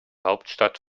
hauptstadt